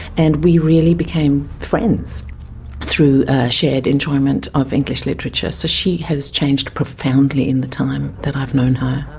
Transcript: and we really became friends through a shared enjoyment of english literature. so she has changed profoundly in the time that i have known her.